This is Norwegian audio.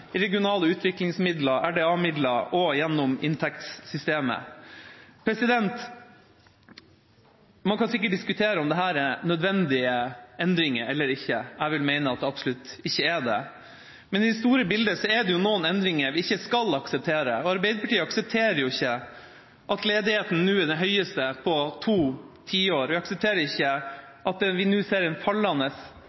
regionale utviklingsmidler, RDA-midler, og gjennom inntektssystemet. Man kan sikkert diskutere om dette er nødvendige endringer eller ikke, jeg vil mene at det absolutt ikke er det. Men i det store bildet er det noen endringer vi ikke skal akseptere. Arbeiderpartiet aksepterer ikke at ledigheten nå er den høyeste på to tiår, vi aksepterer ikke